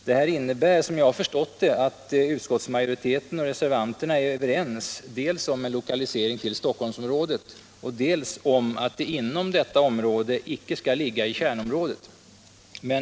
Det innebär såvitt jag kan förstå att utskottsmajoriteten och reservanterna är överens dels om en lokalisering i Stockholmsområdet, dels om en lokalisering utanför kärnområdet i detta område.